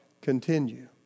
continue